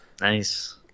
Nice